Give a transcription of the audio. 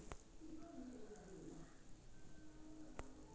ಹಡಗು ಕಚ್ಚಾ ತೈಲದ ಸರಕುಗಳನ್ನ ಸಾಗಿಸ್ತೆತಿ